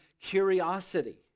curiosity